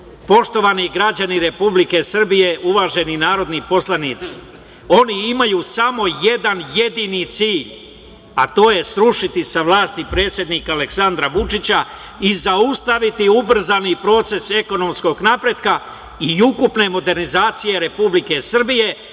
moći. Poštovani građani Republike Srbije, uvaženi narodni poslanici, oni imaju samo jedan jedini cilj, a to je srušiti sa vlasti predsednika Aleksandra Vučića i zaustaviti i ubrzani proces ekonomskog napretka i ukupne modernizacije Republike Srbije